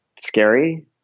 scary